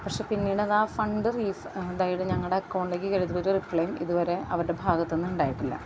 പക്ഷേ പിന്നീടതാ ഫണ്ട് റിഫ അതായത് ഞങ്ങളുടെ അക്കൗണ്ടിലേക്ക് കയറിയ ഒരു റിപ്ലേയും ഇതുവരെ അവരുടെ ഭാഗത്ത് നിന്നുണ്ടായിട്ടില്ല